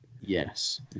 Yes